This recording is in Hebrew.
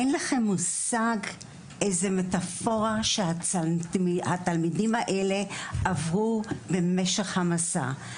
אין לכם מושג איזה מטפורה שהתלמידים האלה עברו במשך המסע.